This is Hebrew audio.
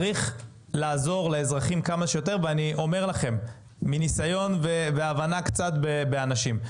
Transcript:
צריך לעזור לאזרחים כמה שיותר ואני אומר לכם מניסיון והבנה קצת באנשים.